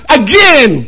again